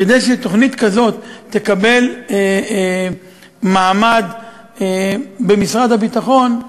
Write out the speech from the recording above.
כדי שתוכנית כזאת תקבל מעמד במשרד הביטחון,